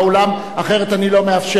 אחרת אני לא מאפשר לו להשיב.